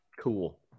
Cool